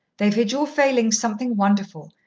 they've hid your failings something wonderful,